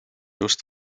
just